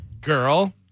girl